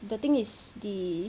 the thing is the